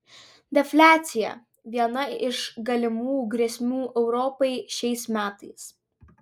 defliacija viena iš galimų grėsmių europai šiais metais